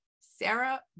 Sarah